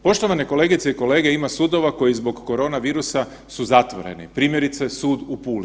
Poštovane kolegice i kolege, ima sudova koji zbog koronavirusa su zatvoreni, primjerice sud u Puli.